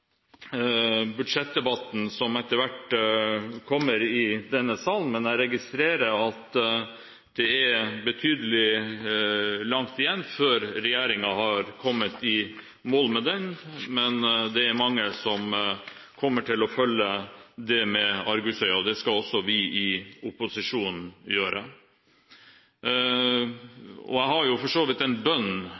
budsjettdebatten som etter hvert kommer i denne salen, men jeg registrerer at det er betydelig langt igjen før regjeringen har kommet i mål med den saken. Det er mange som kommer til å følge dette med argusøyne, og det skal også vi i opposisjonen gjøre. Jeg har for så vidt en bønn